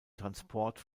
transport